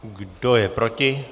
Kdo je proti?